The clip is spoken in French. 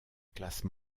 classe